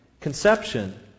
conception